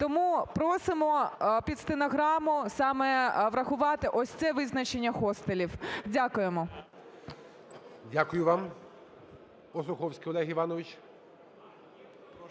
Тому просимо під стенограму саме врахувати ось це визначення хостелів. Дякуємо. ГОЛОВУЮЧИЙ. Дякую вам. Осуховський Олег Іванович.